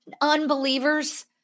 unbelievers